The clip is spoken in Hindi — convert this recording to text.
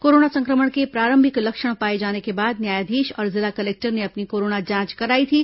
कोरोना संक्रमण के प्रारंभिक लक्षण पाए जाने के बाद न्यायाधीश और जिला कलेक्टर ने अपनी कोरोना जांच कराई थी